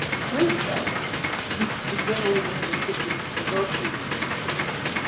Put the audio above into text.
true charity seeks to generate in the recipient the virtues, commitment,